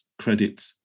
credit